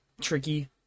tricky